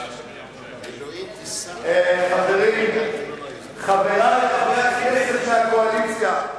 חברי חברי הכנסת מהקואליציה,